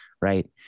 Right